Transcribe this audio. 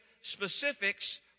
specifics